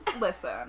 listen